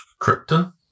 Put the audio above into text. Krypton